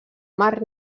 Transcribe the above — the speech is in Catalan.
mar